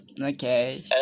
Okay